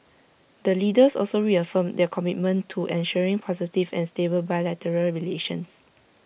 the leaders also reaffirmed their commitment to ensuring positive and stable bilateral relations